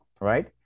right